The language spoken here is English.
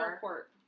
court